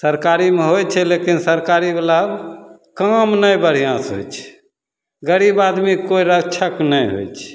सरकारीमे होइ छै लेकिन सरकारीवला काम नहि बढ़िआँसे होइ छै गरीब आदमी कोइ रक्षक नहि होइ छै